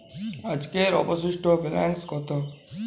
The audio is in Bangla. আজকের অবশিষ্ট ব্যালেন্স কত?